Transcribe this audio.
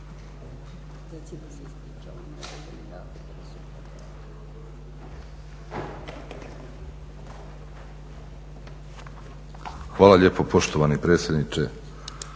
Hvala lijepo poštovani predsjedniče